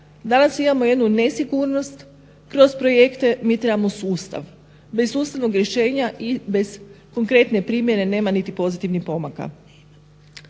Danas imamo jednu nesigurnost kroz projekte, mi trebamo sustav. Bez sustavnog rješenja i bez konkretne primjene nema niti pozitivnih pomaka.